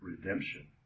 redemption